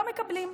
לא מקבלים.